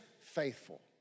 faithful